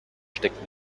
steckt